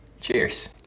Cheers